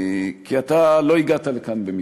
כי אתה לא הגעת לכאן במקרה.